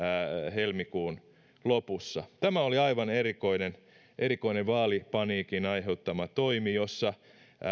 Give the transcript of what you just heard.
helmikuun lopussa tämä oli aivan erikoinen erikoinen vaalipaniikin aiheuttama toimi jossa